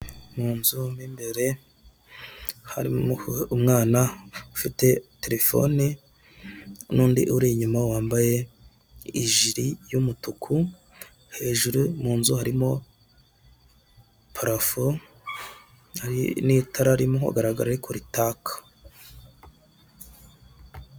Umugore wambaye ikanzu y'igitenge ahagaze mu nzu ikorerwamo ubucuruzi bw'imyenda idoze, nayo imanitse ku twuma dufite ibara ry'umweru, hasi no hejuru ndetse iyo nzu ikorerwamo ubucuruzi ifite ibara ry'umweru ndetse n'inkingi zishinze z'umweru zifasheho iyo myenda imanitse.